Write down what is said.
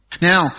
Now